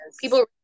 people